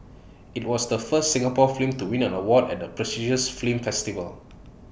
IT was the first Singapore film to win an award at the prestigious film festival